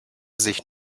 sich